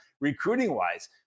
recruiting-wise